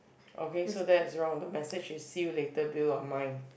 okay so that is wrong the message is see you later Bill on mine